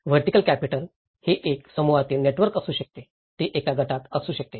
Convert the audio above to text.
vertical capital हे एका समूहात नेटवर्क असू शकते ते एका गटात असू शकते